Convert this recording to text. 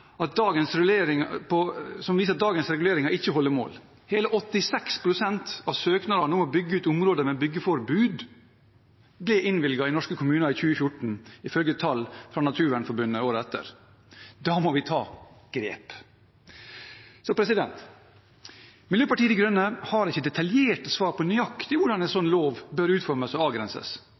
at dagens reguleringer ikke holder mål. Hele 86 pst. av søknadene om å bygge ut områder med byggeforbud ble innvilget i norske kommuner i 2014, ifølge tall fra Naturvernforbundet året etter. Da må vi ta grep. Miljøpartiet De Grønne har ikke detaljerte svar på nøyaktig hvordan en slik lov bør utformes og avgrenses.